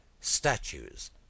statues